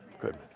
Good